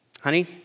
Honey